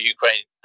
Ukraine